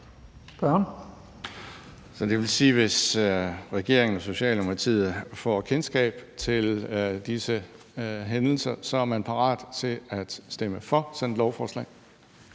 Så det vil sige, at hvis regeringen og Socialdemokratiet får kendskab til disse hændelser, er man parat til at stemme for sådan et lovforslag?